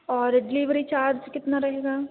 और delivery charge कितना रहेगा